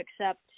accept